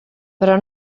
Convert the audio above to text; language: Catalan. però